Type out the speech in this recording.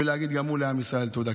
ולהגיד גם הוא לעם ישראל תודה,